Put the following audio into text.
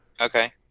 Okay